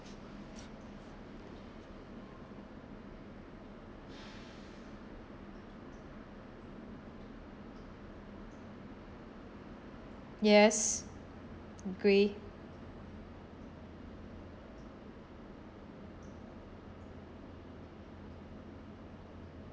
yes agree